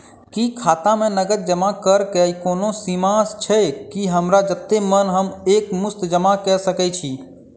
की खाता मे नगद जमा करऽ कऽ कोनो सीमा छई, की हमरा जत्ते मन हम एक मुस्त जमा कऽ सकय छी?